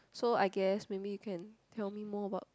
so I guess maybe you can tell me more about